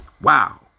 Wow